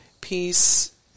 peace